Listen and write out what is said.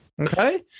okay